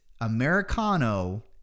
Americano